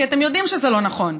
כי אתם יודעים שזה לא נכון.